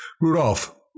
Rudolph